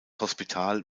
hospital